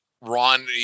Ron